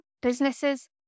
businesses